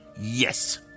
Yes